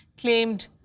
claimed